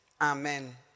Amen